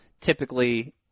typically